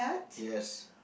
yes